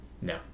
No